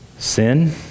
Sin